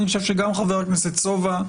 אני חושב שגם חבר הכנסת סובה,